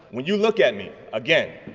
when you look at me again,